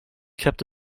kept